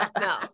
No